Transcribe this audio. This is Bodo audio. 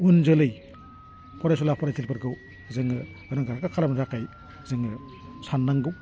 उन जोलै फरायसुला फरायसुलिफोरखौ जोङो रोंखा राखा खालामनो थाखाय जोङो साननांगौ